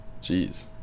Jeez